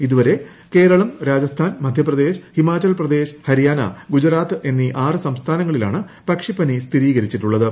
ഇതുവരെ കേരളം രാജസ്ഥാൻ മധ്യപ്രദേശ് ഹിമാചൽ പ്രദേശ് ഹരിയാന ഗുജറാത്ത് എന്നീ ആറ് സംസ്ഥാനങ്ങളിലാണ് പക്ഷിപ്പനി സ്ഥിരീകരിച്ചിട്ടുള്ളത്